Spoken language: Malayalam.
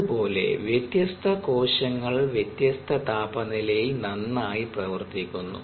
അതുപോലെ വ്യത്യസ്ത കോശങ്ങൾ വ്യത്യസ്ഥ താപനിലയിൽ നന്നായി പ്രവർത്തിക്കുന്നു